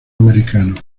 americano